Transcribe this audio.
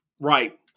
Right